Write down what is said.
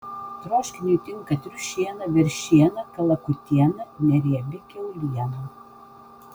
troškiniui tinka triušiena veršiena kalakutiena neriebi kiauliena